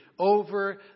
Over